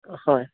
অঁ হয়